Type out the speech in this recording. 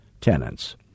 tenants